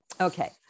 Okay